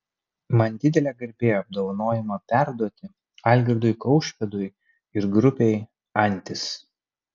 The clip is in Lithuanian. man didelė garbė apdovanojimą perduoti algirdui kaušpėdui ir grupei antis